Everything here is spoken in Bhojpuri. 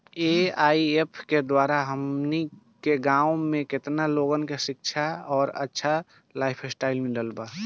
ए.आई.ऐफ के द्वारा हमनी के गांव में केतना लोगन के शिक्षा और अच्छा लाइफस्टाइल मिलल बा